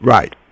Right